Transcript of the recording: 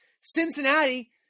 Cincinnati